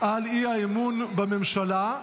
על הצעות האי-אמון בממשלה.